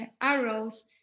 arrows